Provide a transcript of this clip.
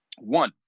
one